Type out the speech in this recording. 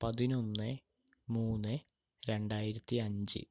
പതിനൊന്ന് മൂന്ന് രണ്ടായിരത്തി അഞ്ച്